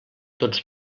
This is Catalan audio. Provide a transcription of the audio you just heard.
tots